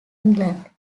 england